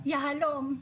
ליהלום,